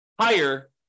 higher